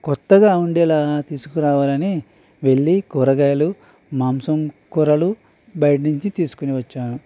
కొత్తగా ఉండేలా తీసుకురావాలని వెళ్లి కూరగాయలు మాంసం కూరలు బయట నుంచి తీసుకుని వచ్చాను